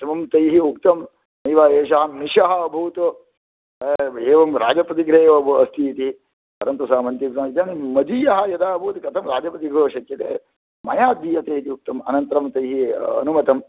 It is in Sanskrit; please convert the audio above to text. एवं तैः उक्तं नैव एषः मिशः अभूत् एवं राजप्रतिग्रहे एव अस्तीति परन्तु सः मन्त्री उक्तवान् इदं मदीयः यदा अभूत् कथं राजप्रतिग्रहो शक्यते मया दीयते इति उक्तम् अनन्तरं तैः अनुमतम्